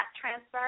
transfer